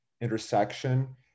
intersection